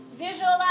Visualize